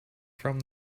from